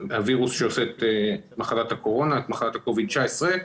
הווירוס שגורם למחלת הקורונה, מחלת הכוביד 19,